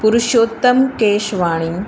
Purshottam Keswani